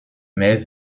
mehr